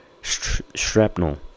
shrapnel